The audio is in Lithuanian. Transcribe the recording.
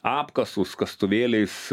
apkasus kastuvėliais